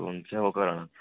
हून तुसें कोह्का कराना